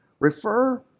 refer